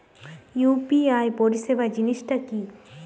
UPI পরিসেবা জিনিসটা কি?